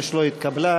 25 לא התקבלה.